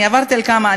עברתי על כמה,